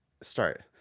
start